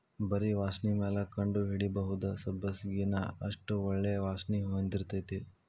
ಬರಿ ವಾಸ್ಣಿಮ್ಯಾಲ ಕಂಡಹಿಡಿಬಹುದ ಸಬ್ಬಸಗಿನಾ ಅಷ್ಟ ಒಳ್ಳೆ ವಾಸ್ಣಿ ಹೊಂದಿರ್ತೈತಿ